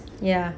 ya